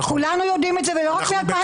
כולנו יודעים את זה ולא רק מ-2017.